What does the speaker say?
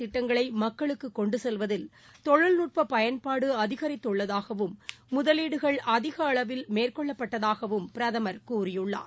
திட்டங்களைமக்குகொண்டுசெல்வதில் தொழில்நுட்பபயன்பாடுஅதிகரித்துள்ளதாகவும் அரசின் முதலீடுகள் அதிகஅளவில் மேற்கொள்ளப்பட்டதாகவும் பிரதமர் கூறியுள்ளார்